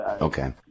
Okay